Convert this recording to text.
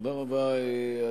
הוא בטח מסכים, אז אני נשאר לשמוע.